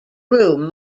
room